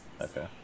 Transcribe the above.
Okay